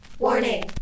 Warning